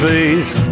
Faith